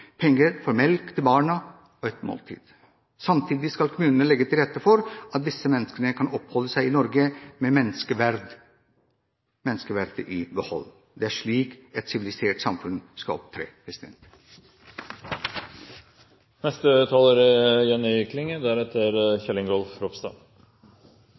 penger til melk til barna og et måltid. Samtidig skal kommunene legge til rette for at disse menneskene kan oppholde seg i Norge med menneskeverdet i behold. Det er slik et sivilisert samfunn skal opptre. Senterpartiet har programfesta at vi ønskjer å innføre forbodet mot tigging igjen. Det er